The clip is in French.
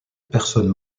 personne